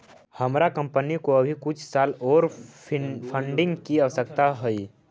हमार कंपनी को अभी कुछ साल ओर फंडिंग की आवश्यकता हई